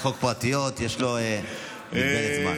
אלה הצעות חוק פרטיות, יש לו יותר זמן.